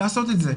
לעשות את זה.